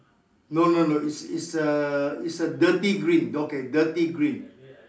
no no no is is a is a dirty green okay dirty green